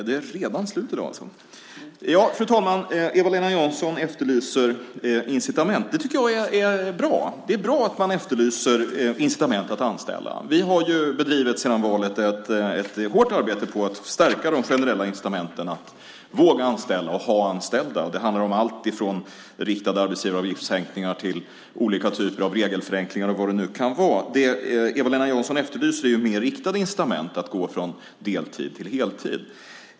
Fru talman! Är det redan slut i dag? Eva-Lena Jansson efterlyser incitament. Det tycker jag är bra. Det är bra att man efterlyser incitament att anställa. Vi har sedan valet bedrivit ett hårt arbete för att stärka de generella incitamenten, så att man vågar anställa och ha anställda. Det handlar om allt ifrån riktade arbetsgivaravgiftssänkningar till olika typer av regelförenklingar och vad det nu kan vara. Eva-Lena Jansson efterlyser ju mer riktade incitament till att gå från deltid till heltid.